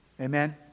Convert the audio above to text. Amen